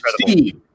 Steve